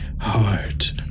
Heart